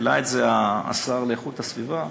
העלה את זה השר להגנת הסביבה: